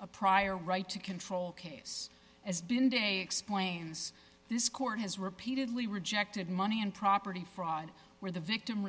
a prior right to control case has been de explains this court has repeatedly rejected money and property fraud where the victim